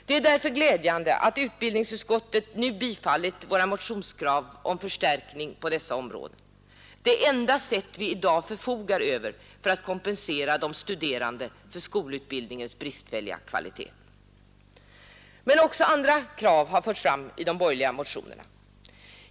Det är därför glädjande att utbildningsutskottet nu bifallit våra motionskrav om förstärkning på detta område — det är den enda metod vi i dag förfogar över för att kompensera de studerande för skolutbildningens bristfälliga kvalitet. Men också andra krav har förts fram i de borgerliga motionerna.